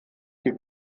die